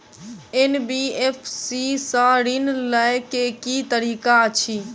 NBFC सँ ऋण लय केँ की तरीका अछि?